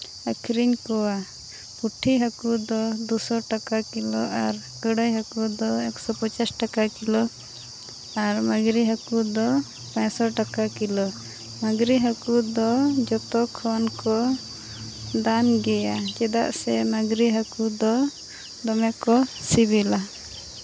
ᱟᱹᱠᱷᱨᱤᱧ ᱠᱚᱣᱟ ᱯᱩᱴᱷᱤ ᱦᱟᱹᱠᱩ ᱫᱚ ᱫᱩᱥᱚ ᱴᱟᱠᱟ ᱠᱤᱞᱳ ᱟᱨ ᱜᱟᱹᱲᱟᱹᱭ ᱦᱟᱹᱠᱩ ᱫᱚ ᱮᱠᱥᱚ ᱯᱚᱧᱪᱟᱥ ᱴᱟᱠᱟ ᱠᱤᱞᱳ ᱟᱨ ᱢᱟᱸᱜᱽᱨᱤ ᱦᱟᱹᱠᱩ ᱫᱚ ᱯᱟᱥᱥᱳ ᱴᱟᱠᱟ ᱠᱤᱞᱳ ᱢᱟᱸᱜᱽᱨᱤ ᱦᱟᱹᱠᱩ ᱫᱚ ᱡᱚᱛᱚ ᱠᱷᱚᱱ ᱠᱚ ᱫᱟᱢ ᱜᱮᱭᱟ ᱪᱮᱫᱟᱜ ᱥᱮ ᱢᱟᱸᱜᱽᱨᱤ ᱦᱟᱹᱠᱩ ᱫᱚ ᱫᱚᱢᱮ ᱠᱚ ᱥᱤᱵᱤᱞᱟ